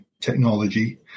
technology